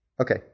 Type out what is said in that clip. Okay